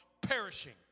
perishing